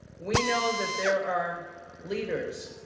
we know that there are leaders,